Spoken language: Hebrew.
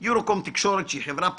חברת יורוקום תקשורת שהיא חברה פרטית,